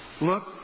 look